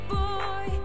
boy